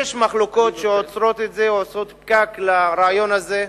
יש מחלוקות שעוצרות את זה, עושות פקק לרעיון הזה.